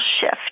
shift